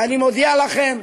ואני מודיע לכם: